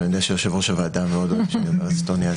ואני יודע שיושב-ראש הוועדה מאוד אוהב שאני ואמר אסטוניה,